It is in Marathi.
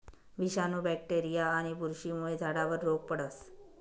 विषाणू, बॅक्टेरीया आणि बुरशीमुळे झाडावर रोग पडस